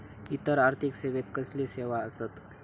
इतर आर्थिक सेवेत कसले सेवा आसत?